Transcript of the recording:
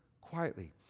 quietly